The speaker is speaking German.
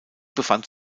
befand